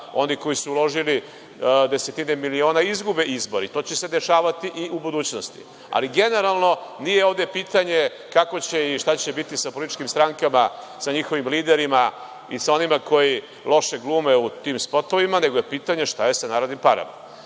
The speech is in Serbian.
oni koji su uložili desetine miliona izgube izbore i to će se dešavati i u budućnosti. Ali, generalno, nije ovde pitanje kako će i šta će biti sa političkim strankama, sa njihovim liderima i sa onima koji loše glume u tim spotovima, nego je pitanje šta je sa narodnim parama. Troši